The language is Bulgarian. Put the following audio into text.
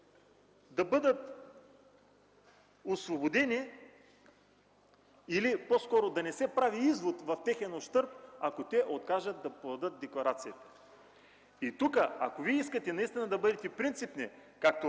да бъдат освободени или по-скоро да не се прави извод в техен ущърб, ако те откажат да подадат декларация. Ако Вие наистина искате да бъдете принципни, както